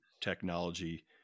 technology